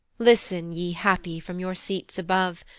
listen, ye happy, from your seats above.